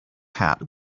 hat